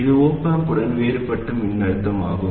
இது op amp உடன் வேறுபட்ட மின்னழுத்தம் ஆகும்